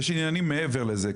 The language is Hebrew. יש עניינים מעבר לזה,